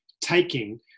taking